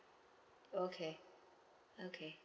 okay okay